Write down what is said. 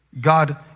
God